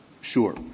Sure